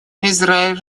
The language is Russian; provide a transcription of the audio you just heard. израиль